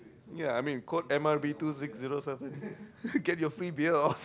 ya I mean code M_R_B two six zero seven get your free beer off